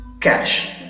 cash